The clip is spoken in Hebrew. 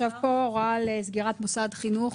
יש שינוי בהוראה על סגירת מוסד חינוך?